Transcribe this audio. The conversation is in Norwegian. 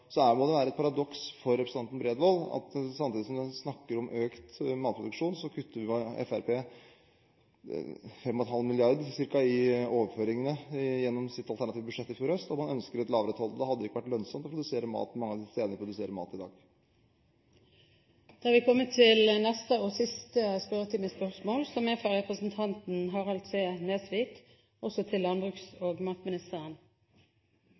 Her må det være et paradoks for representanten Bredvold at samtidig som Fremskrittspartiet snakker om økt matproduksjon, kuttet de ca. 5,5 mrd. kr i overføringene gjennom sitt alternative budsjett i fjor høst, og man ønsker en lavere toll. Da hadde det ikke vært lønnsomt å produsere mat mange av de stedene vi produserer mat i dag. Jeg har følgende spørsmål til den ærede landbruks- og